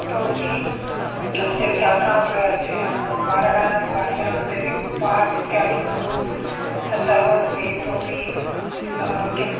इतोऽपि अथ च छात्राणां गृहं च बालकानां बालिकानां कृते वि पार्क् इत्यादिकं ज़ू तत्सर्वम् अस्ति इतोऽपि किं